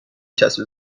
چسب